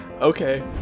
Okay